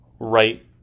right